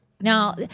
Now